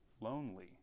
lonely